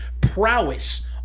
prowess